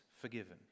forgiven